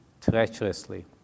treacherously